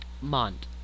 Mont